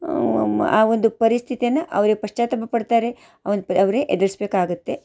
ಆ ಒಂದು ಪರಿಸ್ಥಿತಿಯನ್ನು ಅವರೇ ಪಶ್ಚಾತ್ತಾಪ ಪಡ್ತಾರೆ ಆ ಒಂದು ಪರ ಅವರೇ ಎದುರಿಸ್ಬೇಕಾಗುತ್ತೆ